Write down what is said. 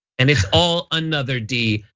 and it's all another d,